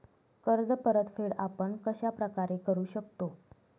कर्ज परतफेड आपण कश्या प्रकारे करु शकतो?